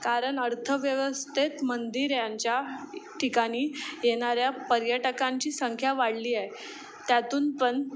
कारण अर्थव्यवस्थेत मंदिर यांच्या ठिकाणी येणाऱ्या पर्यटकांची संख्या वाढली आहे त्यातून पण